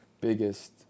biggest